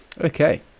okay